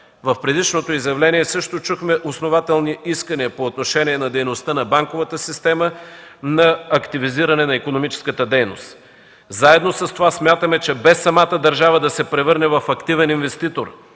В предишното изявление също чухме основателни искания по отношение на дейността на банковата система, на активизиране на икономическата дейност. Едновременно с това, смятаме, че без самата държава да се превърне в активен инвеститор,